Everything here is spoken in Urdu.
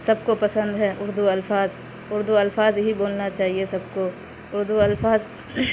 سب کو پسند ہے اردو الفاظ اردو الفاظ ہی بولنا چاہیے سب کو اردو الفاظ